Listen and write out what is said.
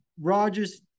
Rogers